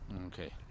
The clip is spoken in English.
Okay